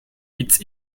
its